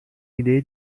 ایده